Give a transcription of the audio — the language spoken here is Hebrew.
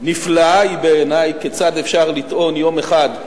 נפלאה היא בעיני כיצד אפשר לטעון יום אחד,